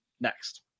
next